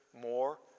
more